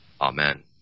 Amen